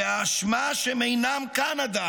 והאשמה על שהם עדיין אינם כאן.